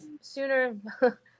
sooner